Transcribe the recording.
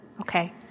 okay